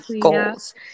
goals